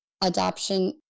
adoption